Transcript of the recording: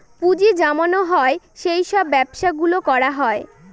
পুঁজি জমানো হয় সেই সব ব্যবসা গুলো করা হয়